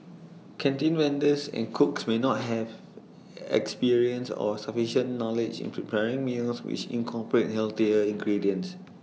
canteen vendors and cooks may not have experience or sufficient knowledge in preparing meals which incorporate healthier ingredients